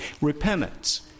repentance